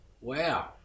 Wow